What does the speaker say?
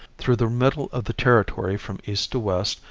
through the middle of the territory from east to west,